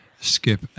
skip